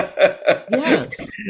Yes